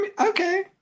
okay